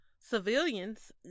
civilians